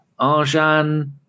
Arjan